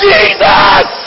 Jesus